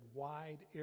wide